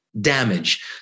damage